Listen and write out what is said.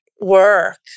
work